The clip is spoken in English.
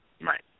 Right